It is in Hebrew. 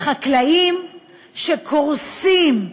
החקלאים שקורסים,